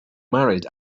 married